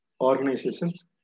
organizations